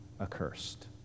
accursed